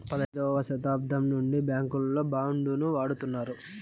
పదైదవ శతాబ్దం నుండి బ్యాంకుల్లో బాండ్ ను వాడుతున్నారు